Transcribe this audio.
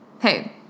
Hey